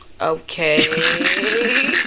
Okay